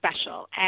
special